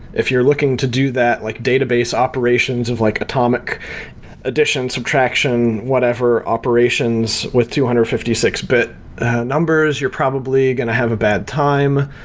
if you're looking to do that like database operations of like atomic addition, subtraction, whatever operations with two hundred and fifty six bit numbers, you're probably going to have a bad time.